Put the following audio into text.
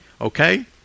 Okay